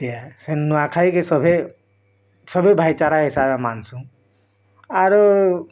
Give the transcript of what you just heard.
ନୂଆଖାଇକି ସଭିଏଁ ସଭି ଭାଇଚାରା ହିସାବେ ମାନିସୁଁ ଆରୁ